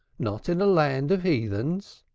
not in a land of heathens.